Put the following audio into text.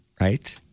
Right